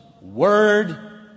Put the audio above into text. word